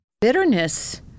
bitterness